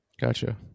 Gotcha